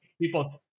people